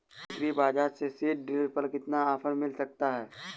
Agree बाजार से seed drill पर कितना ऑफर मिल सकता है?